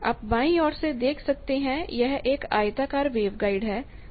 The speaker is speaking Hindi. आप बाईं ओर से देख सकते हैं कि यह एक आयताकार वेवगाइड है